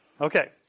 okay